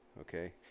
okay